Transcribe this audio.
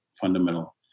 fundamental